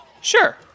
Sure